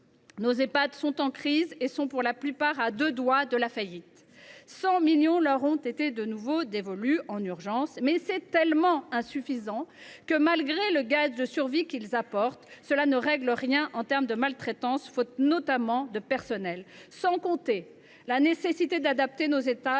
Nos Ehpad sont en crise et sont pour la plupart à deux doigts de la faillite. Si 100 millions d’euros leur ont été de nouveau dévolus en urgence, c’est tellement insuffisant que, malgré le gage de survie que cette somme apporte, cela ne règle rien en termes de maltraitance, notamment faute de personnel. Et que dire de la nécessité d’adapter nos Ehpad